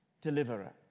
deliverer